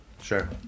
Sure